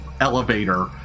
elevator